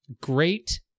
Great